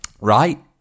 Right